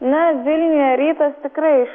na vilniuje rytas tikrai